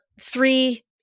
three